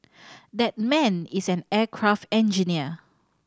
that man is an aircraft engineer